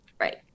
right